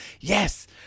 Yes